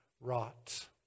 wrought